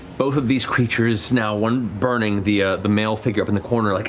both of these creatures, now one burning. the ah the male figure up in the corner like